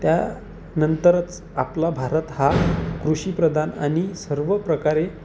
त्यानंतरच आपला भारत हा कृषीप्रधान आणि सर्व प्रकारे